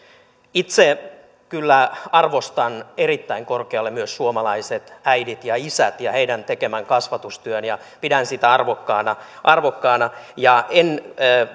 itse kyllä arvostan erittäin korkealle myös suomalaiset äidit ja isät ja heidän tekemänsä kasvatustyön pidän sitä arvokkaana arvokkaana en